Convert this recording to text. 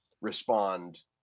respond